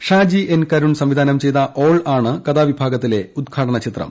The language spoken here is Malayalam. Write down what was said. ഷാജി കരുൺ സംവിധാനം ചെയ്ത ഓൾ ആണ് കഥാവിഭാഗത്തിലെ ഉദ്ഘാടന ചിത്രം